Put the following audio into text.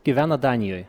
gyvenat danijoj